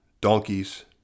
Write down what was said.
donkeys